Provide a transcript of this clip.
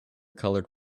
colored